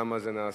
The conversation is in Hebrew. למה זה נעשה.